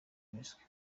miswi